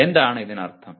എന്താണ് ഇതിനർത്ഥം